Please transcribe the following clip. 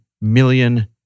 million